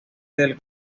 del